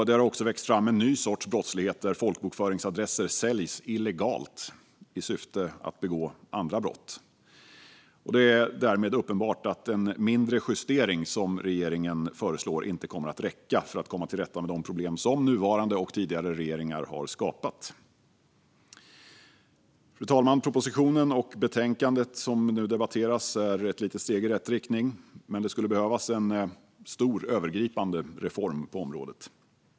Det har också växt fram en ny sorts brottslighet där folkbokföringsadresser säljs illegalt i syfte att begå andra brott. Det är därmed uppenbart att en mindre justering, som regeringen föreslår, inte kommer att räcka för att komma till rätta med de problem som nuvarande regering och tidigare regeringar har skapat. Fru talman! Propositionen och betänkandet som nu debatteras är ett litet steg i rätt riktning, men det skulle behövas en stor och övergripande reform på området.